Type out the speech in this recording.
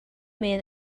men